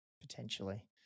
potentially